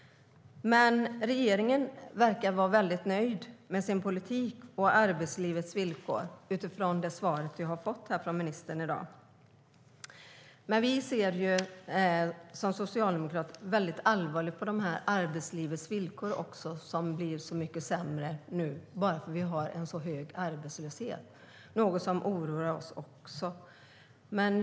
Regeringen verkar vara nöjd med sin politik och arbetslivets villkor, utifrån det svar jag fått från ministern i dag. Men vi socialdemokrater ser allvarligt på arbetslivets villkor, som blivit så mycket sämre bara för att vi har en så hög arbetslöshet, något som oroar oss.